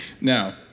Now